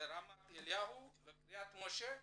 רמת אליהו וקריית משה ברחובות.